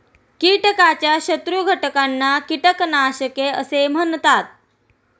कीटकाच्या शत्रू घटकांना कीटकनाशके असे म्हणतात